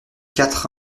quatre